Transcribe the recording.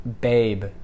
babe